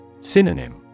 Synonym